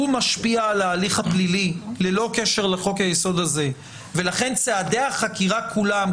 משפיע על ההליך הפלילי ללא קשר לחוק היסוד הזה ולכן צעדי החקירה כולם,